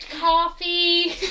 coffee